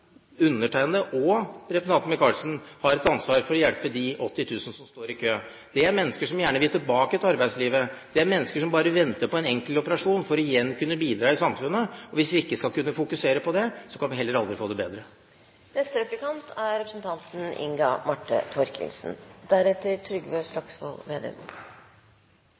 undertegnede og representanten Micaelsen – har et ansvar for å hjelpe de 80 000Det riktige tallet skal være 280 000. som står i kø. Det er mennesker som gjerne vil tilbake til arbeidslivet. Det er mennesker som bare venter på en enkel operasjon for igjen å kunne bidra i samfunnet. Hvis vi ikke skal kunne fokusere på det, kan vi heller aldri få det